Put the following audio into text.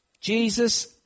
Jesus